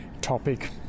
topic